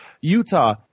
Utah